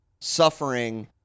suffering